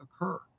occur